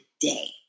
today